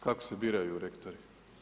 Kako se biraju rektori?